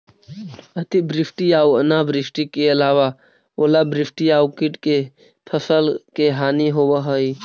अतिवृष्टि आऊ अनावृष्टि के अलावा ओलावृष्टि आउ कीट से फसल के हानि होवऽ हइ